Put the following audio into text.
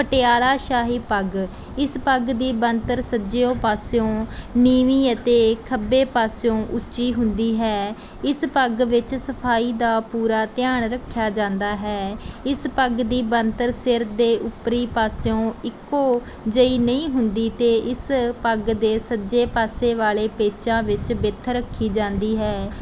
ਪਟਿਆਲਾ ਸ਼ਾਹੀ ਪੱਗ ਇਸ ਪੱਗ ਦੀ ਬਣਤਰ ਸੱਜਿਓਂ ਪਾਸਿਓਂ ਨੀਵੀਂ ਅਤੇ ਖੱਬੇ ਪਾਸਿਓਂ ਉੱਚੀ ਹੁੰਦੀ ਹੈ ਇਸ ਪੱਗ ਵਿੱਚ ਸਫ਼ਾਈ ਦਾ ਪੂਰਾ ਧਿਆਨ ਰੱਖਿਆ ਜਾਂਦਾ ਹੈ ਇਸ ਪੱਗ ਦੀ ਬਣਤਰ ਸਿਰ ਦੇ ਉੱਪਰੀ ਪਾਸਿਓਂ ਇੱਕੋ ਜਿਹੀ ਨਹੀਂ ਹੁੰਦੀ ਅਤੇ ਇਸ ਪੱਗ ਦੇ ਸੱਜੇ ਪਾਸੇ ਵਾਲੇ ਪੇਚਾਂ ਵਿੱਚ ਵਿੱਥ ਰੱਖੀ ਜਾਂਦੀ ਹੈ